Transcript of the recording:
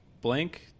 blank